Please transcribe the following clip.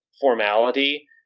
Formality